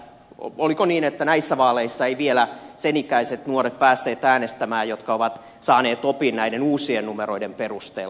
oliko niin että näissä vaaleissa eivät vielä sen ikäiset nuoret päässeet äänestämään jotka ovat saaneet opin näiden uusien numeroiden perusteella